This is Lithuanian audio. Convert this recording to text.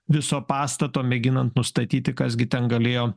viso pastato mėginant nustatyti kas gi ten galėjo